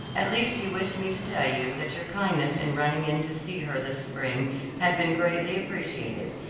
at least she wished me to tell you that your kindness in running in to see her this spring had been greatly appreciated,